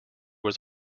was